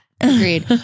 Agreed